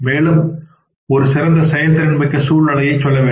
மேலும் ஒரு சிறந்த செயல்திறன் மிக்க சூழ்நிலையைச் சொல்ல வேண்டும்